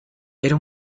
era